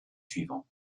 suivant